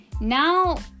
now